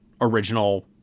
original